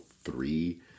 three